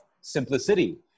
simplicity